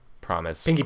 promise